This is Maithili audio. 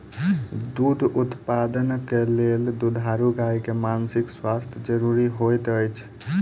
दूध उत्पादनक लेल दुधारू गाय के मानसिक स्वास्थ्य ज़रूरी होइत अछि